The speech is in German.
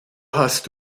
hast